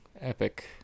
Epic